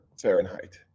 fahrenheit